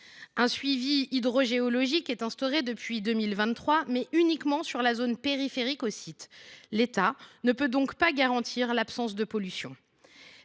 Un suivi hydrogéologique est pratiqué depuis 2023, mais uniquement sur la zone périphérique du site. L’État ne peut donc pas garantir l’absence de pollutions.